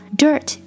dirt